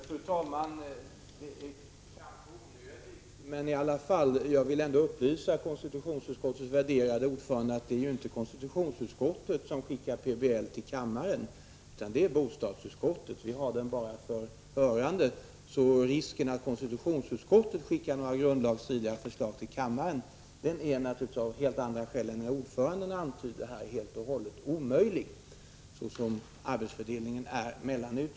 Fru talman! Det är kanske onödigt men jag vill ändå upplysa konstitutionsutskottets värderade ordförande om att det inte är konstitutionsutskottet som skickar PBL till kammaren utan det är bostadsutskottet. Vi har den bara för hörande. Risken att konstitutionsutskottet skickar några grundlagsstridiga förslag till kammaren är av helt andra skäl än de ordföranden antyder obefintlig.